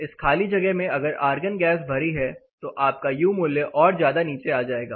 इस खाली जगह में अगर आर्गन गैस भरी है तो आपका यू मूल्य और ज्यादा नीचे आ जाएगा